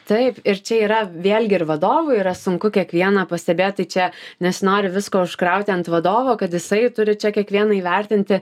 taip ir čia yra vėlgi ir vadovui yra sunku kiekvieną pastebėt tai čia nesinori visko užkrauti ant vadovo kad jisai turi čia kiekvieną įvertinti